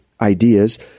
ideas